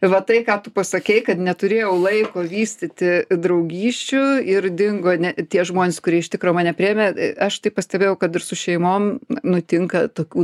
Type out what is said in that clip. va tai ką tu pasakei kad neturėjau laiko vystyti draugysčių ir dingo ne tie žmonės kurie iš tikro mane priėmė aš taip pastebėjau kad ir su šeimom nutinka tokių